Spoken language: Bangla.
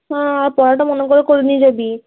হ্যাঁ আর পড়াটা মনে করে করে নিয়ে যাবি